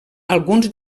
alguns